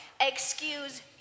excuse